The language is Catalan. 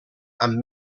amb